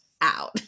out